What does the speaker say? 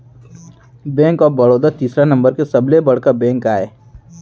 bank of Baroda तीसरा नंबर के सबले बड़का बेंक आय